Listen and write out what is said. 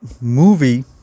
movie